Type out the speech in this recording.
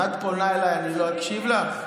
אם את פונה אליי, אני לא אקשיב לך?